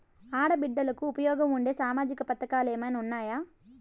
ఆడ బిడ్డలకు ఉపయోగం ఉండే సామాజిక పథకాలు ఏమైనా ఉన్నాయా?